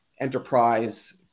enterprise